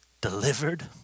delivered